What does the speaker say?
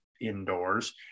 indoors